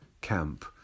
camp